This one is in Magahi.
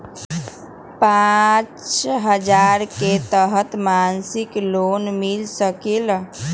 पाँच हजार के तहत मासिक लोन मिल सकील?